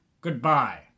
Goodbye